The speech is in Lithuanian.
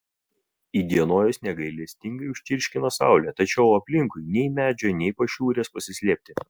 įdienojus negailestingai užčirškina saulė tačiau aplinkui nei medžio nei pašiūrės pasislėpti